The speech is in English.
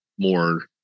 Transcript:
more